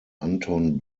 anton